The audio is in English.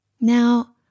Now